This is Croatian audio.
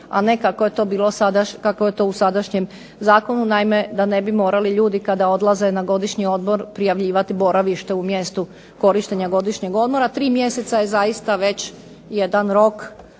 sada, kako je to u sadašnjem zakonu, naime da ne bi morali ljudi kada odlaze na godišnji odmor prijavljivati boravište u mjestu korištenja godišnjeg odmora. 3 mjeseca je zaista već jedan rok